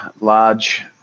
large